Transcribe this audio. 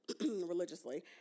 religiously